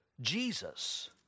Jesus